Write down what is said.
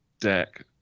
deck